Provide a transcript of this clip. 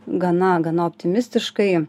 gana gana optimistiškai